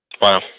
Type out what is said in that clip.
Wow